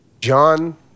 John